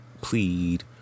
plead